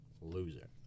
loser